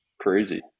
crazy